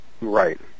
Right